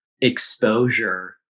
exposure